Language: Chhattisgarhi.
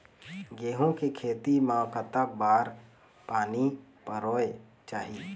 गेहूं के खेती मा कतक बार पानी परोए चाही?